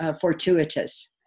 fortuitous